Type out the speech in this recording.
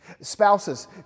Spouses